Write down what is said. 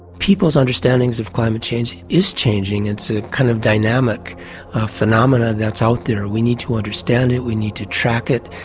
people's understandings of climate change is changing, it's a kind of dynamic phenomenon that's out there, we need to understand it, we need to track it,